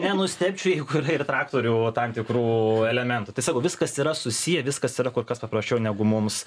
nenustebčiau jeigu ir traktorių o tam tikrų elementų tai sakau viskas yra susiję viskas yra kur kas paprasčiau negu mums